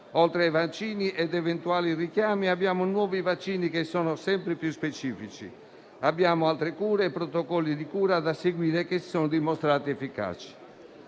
oltre ai vaccini e agli eventuali richiami, ne abbiamo di nuovi, sempre più specifici; abbiamo altre cure e protocolli di cura da seguire, che si sono dimostrati efficaci.